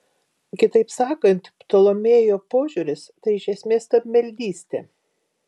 kitaip sakant ptolemėjo požiūris tai iš esmės stabmeldystė